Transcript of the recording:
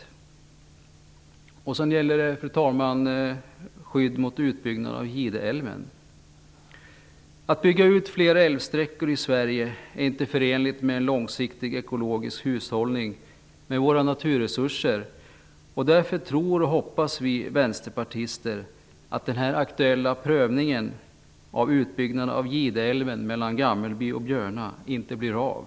Så till frågan om skydd mot utbyggnad av Gideälven. Att bygga ut flera älvsträckor i Sverige är inte förenligt med en långsiktig ekologisk hushållning med våra naturresurser. Därför tror och hoppas vi vänsterpartister att den här aktuella prövningen av utbyggnaden av Gideälven mellan Gammelby och Björna inte blir av.